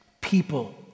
people